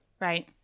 Right